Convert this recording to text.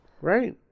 right